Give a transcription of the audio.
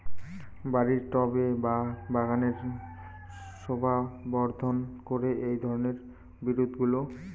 বাড়ির টবে বা বাগানের শোভাবর্ধন করে এই ধরণের বিরুৎগুলো